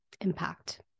impact